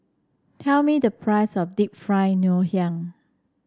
tell me the price of Deep Fried Ngoh Hiang